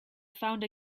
found